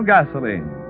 Gasoline